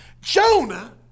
Jonah